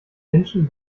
menschen